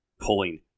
pulling